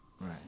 right